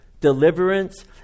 deliverance